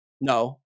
no